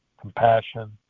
compassion